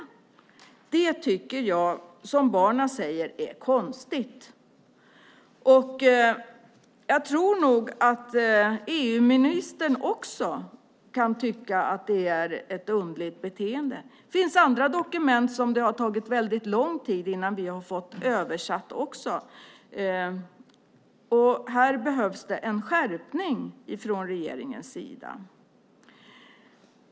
Det tycker jag är konstigt, som barnen säger. Jag tror nog att EU-ministern också kan tycka att det är ett underligt beteende. Det finns andra dokument som det har tagit väldigt lång tid innan vi har fått översatta. Här behövs en skärpning från regeringens sida.